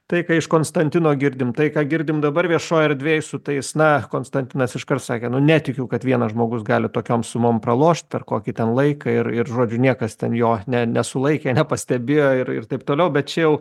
tai ką iš konstantino girdim tai ką girdim dabar viešoj erdvėj su tais na konstantinas iškart sakė nu netikiu kad vienas žmogus gali tokiom sumom pralošt ar kokį ten laiką ir ir žodžiu niekas ten jo ne nesulaikė nepastebėjo ir taip toliau bet čia jau